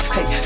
Hey